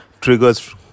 triggers